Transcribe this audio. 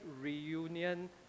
reunion